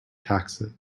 taxes